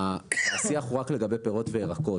השיח הוא רק לגבי פירות וירקות,